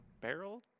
Barrel